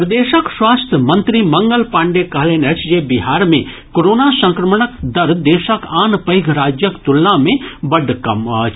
प्रदेशक स्वास्थ्य मंत्री मंगल पांडेय कहलनि अछि जे बिहार मे कोरोना संक्रमणक दर देशक आन पैघ राज्यक तुलना मे बड्ड कम अछि